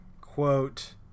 quote